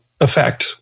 effect